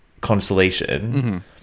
consolation